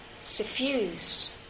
suffused